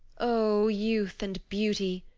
o youth and beauty,